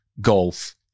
golf